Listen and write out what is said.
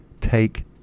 take